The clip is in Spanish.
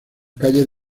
calles